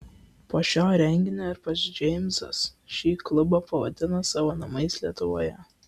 po šio renginio ir pats džeimsas šį klubą pavadino savo namais lietuvoje